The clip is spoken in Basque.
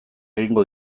egingo